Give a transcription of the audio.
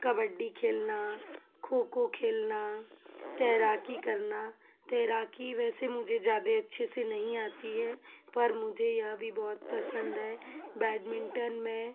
कबड्डी खेलना खो खो खेलना तैराकी करना तैराकी वैसे मुझे ज़्यादे अच्छे से से नहीं आती है पर मुझे यह भी बहुत पसंद है बडमिंटन में